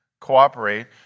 cooperate